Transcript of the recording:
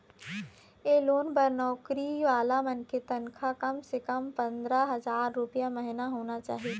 ए loan बर नउकरी वाला मनखे के तनखा कम ले कम पंदरा हजार रूपिया महिना होना चाही